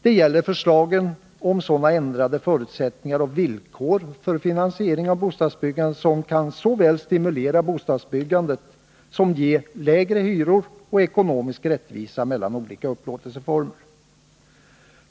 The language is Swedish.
Det gäller förslagen om sådana ändrade förutsättningar och villkor för finansieringen av bostadsbyggandet som kan såväl stimulera bostadsbyggande som ge lägre Nr 51 hyror och ekonomisk rättvisa mellan olika upplåtelseformer.